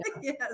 Yes